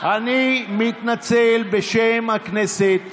פרועים בשפה ירודה, לא.